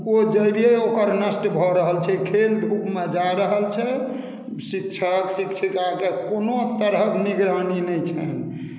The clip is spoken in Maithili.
ओ जड़ि ओकर नष्ट भऽ रहल छै खेलधूपमे जा रहल छै शिक्षक शिक्षिकाके कोनो तरहक निगरानी नहि छनि